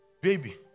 baby